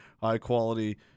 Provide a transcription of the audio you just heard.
high-quality